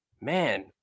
man